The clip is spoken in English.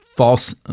false